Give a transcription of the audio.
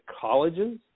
colleges